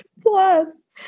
plus